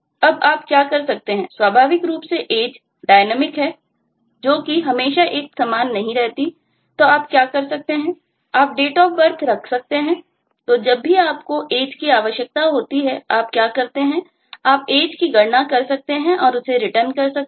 अब आप क्या कर सकते हैं स्वाभाविक रूप से Age गतिशीलडायनामिक कर सकते हैं